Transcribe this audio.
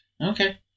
Okay